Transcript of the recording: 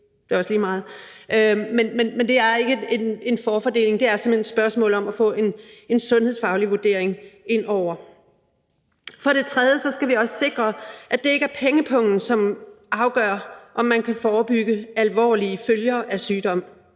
det er også lige meget; altså, der gives ikke en fordel dér; det er simpelt hen et spørgsmål om at få en sundhedsfaglig vurdering indover. For det tredje skal vi også sikre, at det ikke er pengepungen, som afgør, om man kan forebygge alvorlige følger af sygdom.